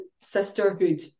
sisterhood